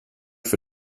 für